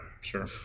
sure